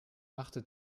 machte